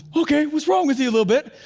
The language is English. okay, what's wrong with you a little bit?